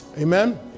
Amen